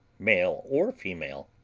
male or female.